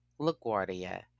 LaGuardia